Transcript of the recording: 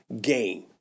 game